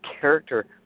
character